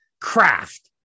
craft